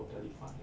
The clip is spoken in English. totally fine